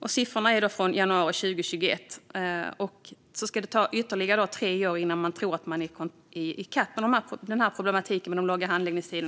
Dessa siffror är från januari 2021. Man tror att det kommer att ta ytterligare tre år innan man har kommit i kapp i problematiken med långa handläggningstider.